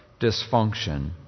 dysfunction